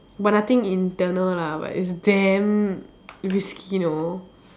but nothing internal lah but it's damn risky know